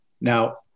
Now